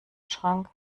schrank